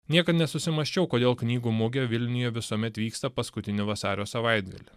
niekad nesusimąsčiau kodėl knygų mugė vilniuje visuomet vyksta paskutinį vasario savaitgalį